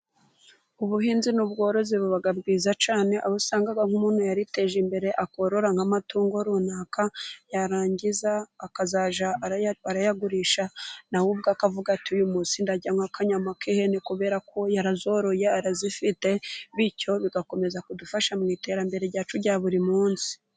Ubuhinzi n'ubworozi buba bwiza cyane, aho usanga nk'umuntu yariteje imbere akorora nk'amatungo runaka, yarangiza akazajya ayagurisha na we ubwe akavuga ati:'' Uyu munsi ndarya nk'akanyama k'ihene." Kubera ko yarazoroye arazifite, bityo bigakomeza kudufasha mu iterambere ryacu rya buri munsi.